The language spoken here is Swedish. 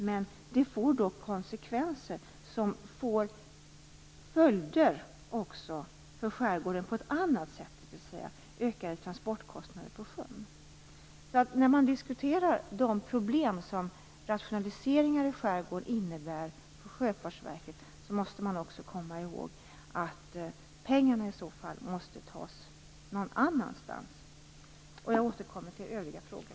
Men det får konsekvenser för skärgården på ett annat sätt, dvs. ökade transportkostnader på sjön. När man diskuterar de problem som rationaliseringar i skärgården innebär för Sjöfartsverket, måste man också komma ihåg att pengarna måste tas någon annanstans. Jag återkommer till övriga frågor.